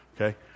okay